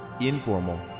Informal